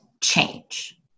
change